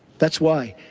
that's why.